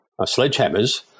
sledgehammers